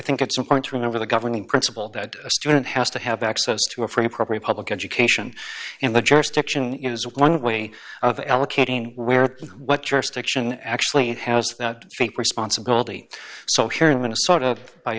think it's important to remember the governing principle that a student has to have access to a free appropriate public education and the jurisdiction is one way of allocating where and what jurisdiction actually has that responsibility so here in minnesota